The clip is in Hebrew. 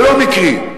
ולא מקרי.